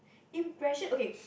in black shirt okay